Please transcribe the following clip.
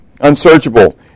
unsearchable